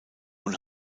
und